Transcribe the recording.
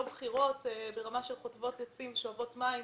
בכירות ברמה של חוטבות עצים ושואבות מים.